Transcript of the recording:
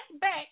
back